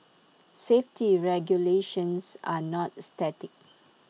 safety regulations are not static